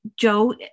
Joe